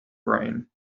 brain